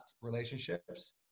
relationships